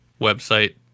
website